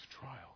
trial